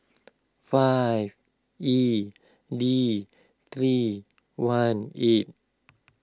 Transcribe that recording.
five E D three one eight